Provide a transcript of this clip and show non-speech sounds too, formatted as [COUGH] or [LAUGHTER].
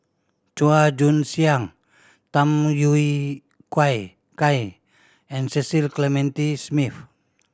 Chua Joon Siang Tham Yui [UNINTELLIGIBLE] Kai and Cecil Clementi Smith